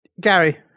Gary